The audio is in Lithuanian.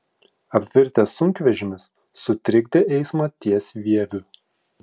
apvirtęs sunkvežimis sutrikdė eismą ties vieviu